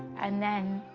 and then,